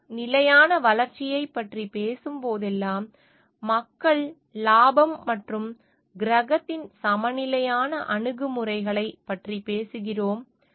நாம் நிலையான வளர்ச்சியைப் பற்றி பேசும் போதெல்லாம் மக்கள் லாபம் மற்றும் கிரகத்தின் சமநிலையான அணுகுமுறையைப் பற்றி பேசுகிறோம்